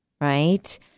right